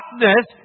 darkness